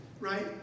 right